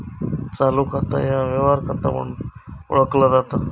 चालू खाता ह्या व्यवहार खाता म्हणून ओळखला जाता